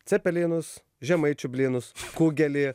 cepelinus žemaičių blynus kugelį